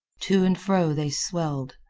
to and fro they swelled.